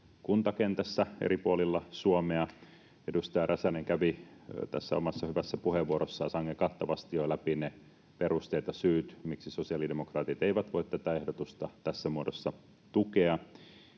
kuntakentässä eri puolilla Suomea. Edustaja Räsänen kävi tässä omassa hyvässä puheenvuorossaan sangen kattavasti jo läpi ne perusteet ja syyt, miksi sosiaalidemokraatit eivät voi tätä ehdotusta tässä muodossa tukea.